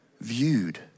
viewed